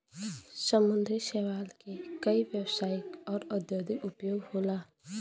समुंदरी शैवाल के कई व्यवसायिक आउर औद्योगिक उपयोग होला